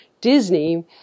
Disney